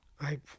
I-